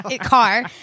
car